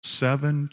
seven